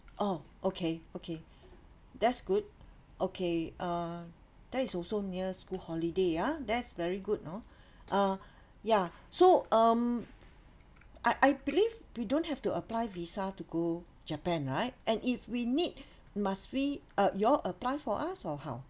orh okay okay that's good okay uh that is also near school holiday ah that's very good know uh ya so um I I believe we don't have to apply visa to go japan right and if we need must we uh you all apply for us or how